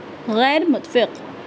غیر متفق